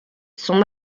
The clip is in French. sont